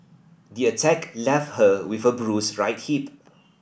the attack left her with a bruised right hip